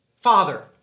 Father